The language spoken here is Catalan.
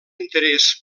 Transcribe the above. interés